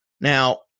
Now